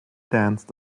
danced